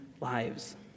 lives